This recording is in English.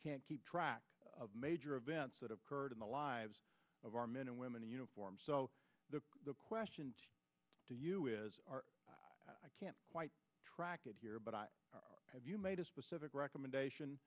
can't keep track of major events that have occurred in the lives of our men and women in uniform so the question to you is i can't quite track it here but have you made a specific recommendation